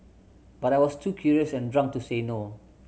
but I was too curious and drunk to say no